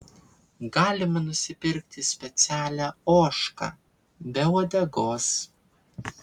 galima nusipirkti specialią ožką be uodegos